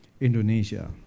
Indonesia